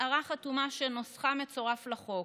הצהרה חתומה, שנוסחה מצורף לחוק,